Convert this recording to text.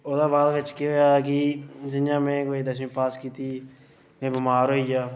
ओह्दे बाद बिच केह् ओआ कि जि'यां में कोई दसमीं पास कीती में बमार होई गेआ